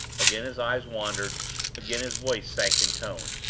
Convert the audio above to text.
again his eyes wandered again his voice sank in tone.